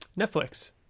Netflix